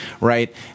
right